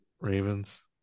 Ravens